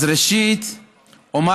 אז ראשית אומר